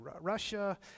Russia